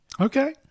Okay